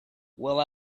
will